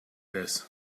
this